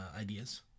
ideas